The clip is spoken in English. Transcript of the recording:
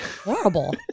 Horrible